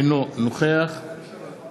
אינו נוכח יריב לוין,